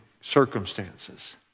circumstances